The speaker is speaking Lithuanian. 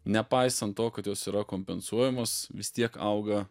nepaisant to kad jos yra kompensuojamos vis tiek auga